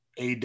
AW